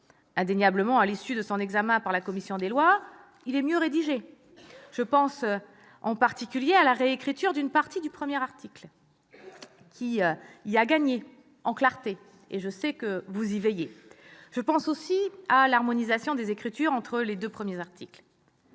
Indéniablement, à l'issue de son examen par la commission des lois, ce texte est mieux rédigé. Je pense en particulier à la réécriture d'une partie du premier article, qui y a gagné en clarté, à laquelle, je le sais, vous veillez. Je pense aussi à l'harmonisation des écritures entre les deux premiers articles.